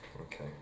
Okay